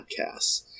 podcasts